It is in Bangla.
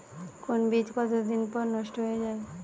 কোন বীজ কতদিন পর নষ্ট হয়ে য়ায়?